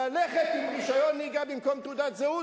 ללכת עם רשיון נהיגה במקום תעודת זהות,